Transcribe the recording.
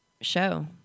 show